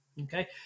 Okay